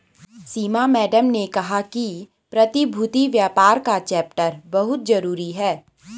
सीमा madam ने कहा कि प्रतिभूति व्यापार का चैप्टर बहुत जरूरी है